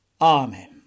Amen